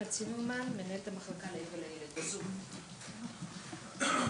יוזמה נהדרת ונשמח לשתף פעולה.